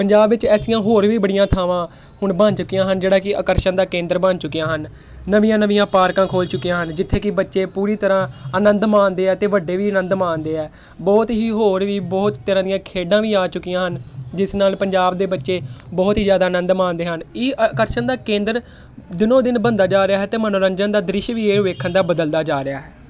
ਪੰਜਾਬ ਵਿੱਚ ਐਸੀਆਂ ਹੋਰ ਵੀ ਬੜੀਆਂ ਥਾਵਾਂ ਹੁਣ ਬਣ ਚੁੱਕੀਆਂ ਹਨ ਜਿਹੜਾ ਕਿ ਆਕਰਸ਼ਣ ਦਾ ਕੇਂਦਰ ਬਣ ਚੁੱਕੀਆਂ ਹਨ ਨਵੀਆਂ ਨਵੀਆਂ ਪਾਰਕਾਂ ਖੁੱਲ੍ਹ ਚੁੱਕੀਆਂ ਹਨ ਜਿੱਥੇ ਕਿ ਬੱਚੇ ਪੂਰੀ ਤਰ੍ਹਾਂ ਆਨੰਦ ਮਾਣਦੇ ਆ ਅਤੇ ਵੱਡੇ ਵੀ ਆਨੰਦ ਮਾਣਦੇ ਆ ਬਹੁਤ ਹੀ ਹੋਰ ਵੀ ਬਹੁਤ ਤਰ੍ਹਾਂ ਦੀਆਂ ਖੇਡਾਂ ਵੀ ਆ ਚੁੱਕੀਆਂ ਹਨ ਜਿਸ ਨਾਲ ਪੰਜਾਬ ਦੇ ਬੱਚੇ ਬਹੁਤ ਹੀ ਜ਼ਿਆਦਾ ਆਨੰਦ ਮਾਣਦੇ ਹਨ ਇਹ ਆਕਰਸ਼ਣ ਦਾ ਕੇਂਦਰ ਦਿਨੋਂ ਦਿਨ ਬਣਦਾ ਜਾ ਰਿਹਾ ਹੈ ਅਤੇ ਮਨੋਰੰਜਨ ਦਾ ਦ੍ਰਿਸ਼ ਵੀ ਇਹ ਵੇਖਣ ਦਾ ਬਦਲਦਾ ਜਾ ਰਿਹਾ ਹੈ